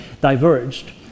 diverged